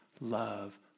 love